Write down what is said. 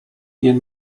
nie